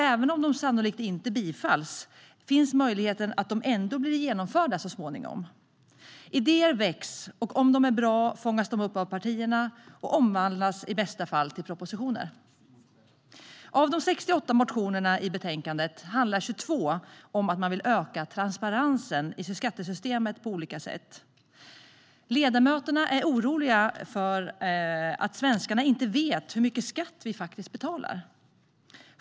Även om de sannolikt inte bifalls finns möjligheten att de ändå blir genomförda så småningom. Idéer väcks, och om de är bra fångas de upp av partierna och omvandlas i bästa fall till propositioner. Av de 68 motionerna i betänkandet handlar 22 om att man vill öka transparensen i skattesystemet på olika sätt. Ledamöterna är oroliga över att vi svenskar inte vet hur mycket skatt vi faktiskt betalar.